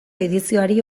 edizioari